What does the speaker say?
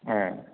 ஆ